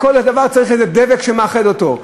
לכל דבר צריך איזה דבק שמאחד אותו.